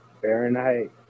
Fahrenheit